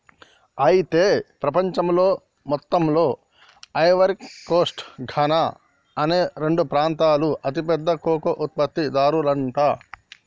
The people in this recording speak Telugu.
అయితే ప్రపంచంలో మొత్తంలో ఐవరీ కోస్ట్ ఘనా అనే రెండు ప్రాంతాలు అతి పెద్ద కోకో ఉత్పత్తి దారులంట